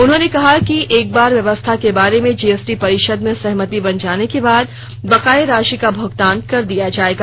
उन्होंने कहा कि एक बार व्यवस्था के बारे में जीएसटी परिषद में सहमति बन जाने के बाद बकाया राशि का भुगतान कर दिया जाएगा